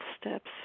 steps